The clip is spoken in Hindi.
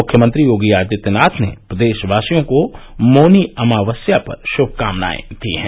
मुख्यमंत्री योगी आदित्यनाथ ने प्रदेशवासियों को मौनी अमावस्या पर शुभकामनाएं दी हैं